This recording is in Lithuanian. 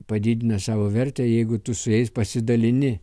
padidina savo vertę jeigu tu su jais pasidalini